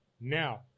now